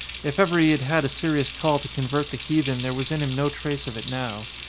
if ever he had had a serious call to convert the heathen there was in him no trace of it now.